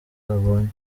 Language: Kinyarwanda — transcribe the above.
babonye